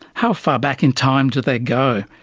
how far back in time do they go?